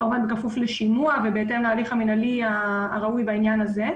כמובן בכפוף לשימוע ובהתאם להליך המינהלי הראוי בעניין הזה.